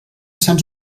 sants